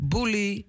Bully